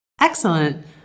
Excellent